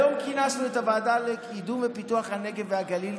היום כינסנו את הוועדה לקידום ופיתוח הנגב והגליל.